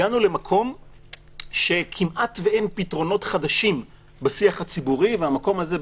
הגענו למקום שכמעט ואין פתרונות חדשים בשיח הציבורי והמקום הזה,